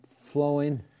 flowing